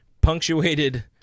punctuated